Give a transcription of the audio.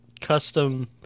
custom